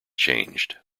changed